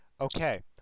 Okay